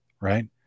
right